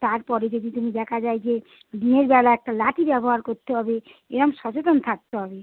তারপরে যদি তুমি দেখা যায় যে দিনের বেলা একটা লাঠি ব্যবহার করতে হবে এরম সচেতন থাকতে হবে